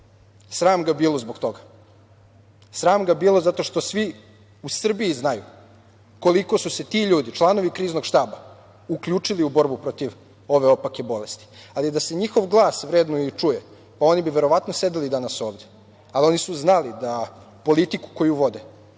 Sram ga bilo zbog toga. Sram ga bilo, zato što svi u Srbiji znaju koliko su se ti ljudi, članovi Kriznog štaba, uključili u borbu protiv ove opake bolesti. Ali, da se njihov glas vrednuje i čuje, pa oni bi verovatno sedeli danas ovde. Ali, oni su znali da politiku koju vode,